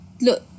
look